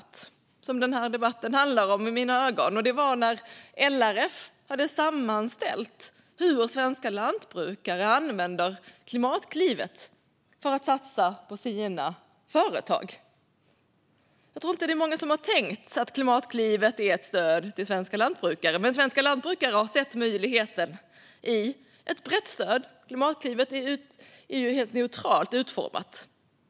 Det är vad den här debatten handlar om i mina ögon. Det handlar om att LRF har sammanställt hur svenska lantbrukare använder Klimatklivet för att satsa på sina företag. Jag tror inte att det är många som har tänkt att Klimatklivet är ett stöd till svenska lantbrukare, men svenska lantbrukare har sett möjligheten i ett brett stöd. Klimatklivet är ju helt neutralt utformat.